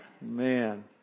Man